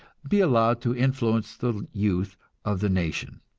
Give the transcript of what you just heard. be allowed to influence the youth of the nation.